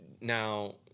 Now